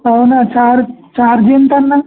అవునా చార్ చార్జి ఎంతన్నా